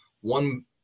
One